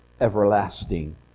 everlasting